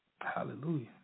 Hallelujah